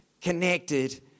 connected